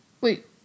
wait